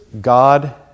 God